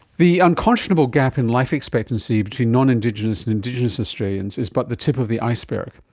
the unconscionable gap in life expectancy between non-indigenous and indigenous australians is but the tip of the iceberg,